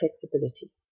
flexibility